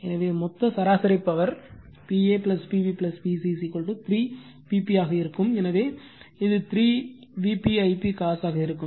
எனவே மொத்த சராசரி power P a P b P c 3 P p ஆக இருக்கும் எனவே இது 3 Vp Ip cos ஆக இருக்கும்